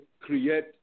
create